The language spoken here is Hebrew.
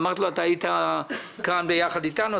אמרתי לו: היית כאן ביחד איתנו,